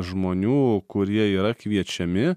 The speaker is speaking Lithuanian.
žmonių kurie yra kviečiami